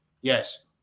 Yes